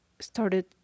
started